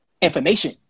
information